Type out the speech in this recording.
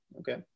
okay